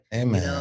Amen